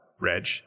Reg